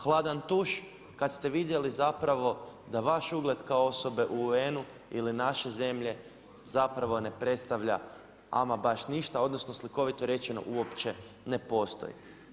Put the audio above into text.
Hladan tuš kad ste vidjeli zapravo da vaš ugled kao osobe u UN-u ili naše zemlje zapravo ne predstavlja ama baš ništa, odnosno slikovito rečeno uopće ne postoji.